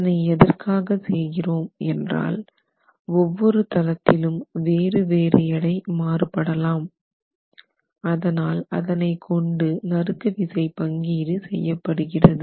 இதனை எதற்காக செய்கிறோம் என்றால் ஒவ்வொரு தளத்திலும் வேறு வேறு எடை மாறுபடலாம் அதனால் அதனை கொண்டு நறுக்கு விசை பங்கீடு செய்யப்படுகிறது